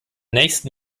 nächsten